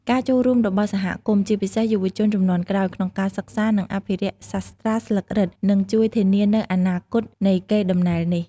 ការចូលរួមរបស់សហគមន៍ ជាពិសេសយុវជនជំនាន់ក្រោយ ក្នុងការសិក្សា និងអភិរក្សសាស្រ្តាស្លឹករឹត នឹងជួយធានានូវអនាគតនៃកេរដំណែលនេះ។